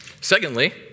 Secondly